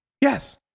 yes